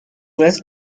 vez